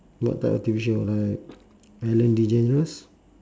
what type of T_V show like ellen degeneres